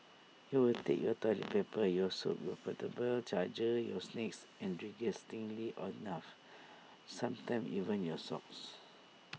he will take your toilet paper your soap your portable charger your snacks and disgustingly enough sometimes even your socks